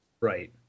Right